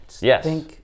Yes